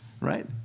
Right